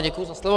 Děkuji za slovo.